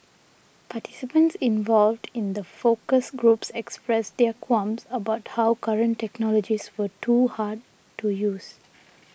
participants involved in the focus groups expressed their qualms about how current technologies were too hard to use